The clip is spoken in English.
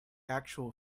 actual